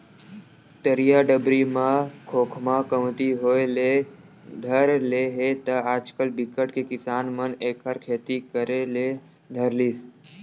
तरिया डबरी म खोखमा कमती होय ले धर ले हे त आजकल बिकट के किसान मन एखर खेती करे ले धर लिस